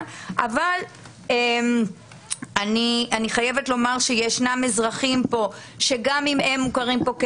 אבל אני חייבת לומר שיש כאן אזרחים שגם אם הם מוכרים כאן כיהודים,